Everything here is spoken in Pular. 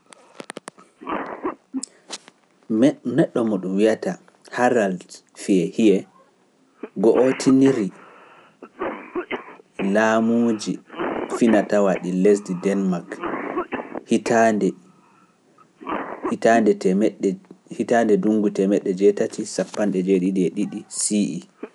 Neddo mo Ɗum wi’ata Harald Fie gootiniri laamuuji finatawa ɗi lesdi Denmak hitaande ujinere e temedde jetati e cappande jedidi e didi ( eighteen seventy two CE).